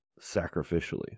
sacrificially